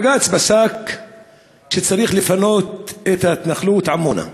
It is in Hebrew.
בג"ץ פסק שצריך לפנות את ההתנחלות עמונה,